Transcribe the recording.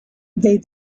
they